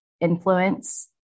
influence